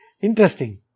interesting